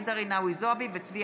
ג'ידא רינאוי זועבי וצבי